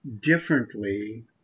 differently